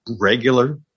regular